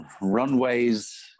runways